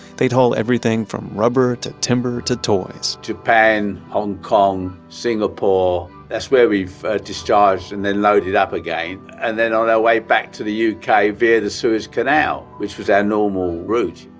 they'd haul everything from rubber to timber to toys japan, hong kong, singapore. that's where we've discharged and then loaded up again. and then on our way back to the uk kind of via the suez canal, which was our normal route.